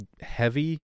heavy